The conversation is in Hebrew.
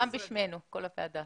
גם בשמנו, כל חברי הוועדה.